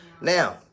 Now